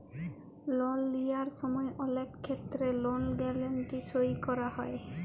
লল লিঁয়ার সময় অলেক খেত্তেরে লল গ্যারেলটি সই ক্যরা হয়